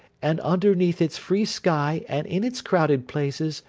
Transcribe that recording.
and underneath its free sky, and in its crowded places,